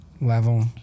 level